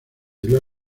del